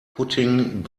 putting